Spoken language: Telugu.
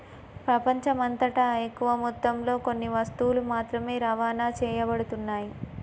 ప్రపంచమంతటా ఎక్కువ మొత్తంలో కొన్ని వస్తువులు మాత్రమే రవాణా చేయబడుతున్నాయి